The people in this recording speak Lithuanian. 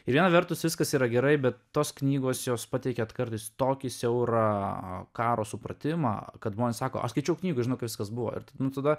ir viena vertus viskas yra gerai bet tos knygos jos pateikia vat kartais tokį siaurą karo supratimą kad žmonės sako aš skaičiau knygą žinok viskas buvo ir tada